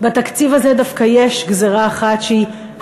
בתקציב הזה דווקא יש גזירה אחת שהיא הכי,